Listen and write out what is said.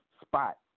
spot